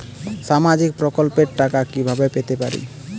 সামাজিক প্রকল্পের টাকা কিভাবে পেতে পারি?